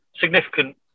significant